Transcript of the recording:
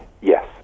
Yes